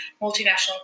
multinational